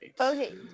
Okay